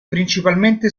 principalmente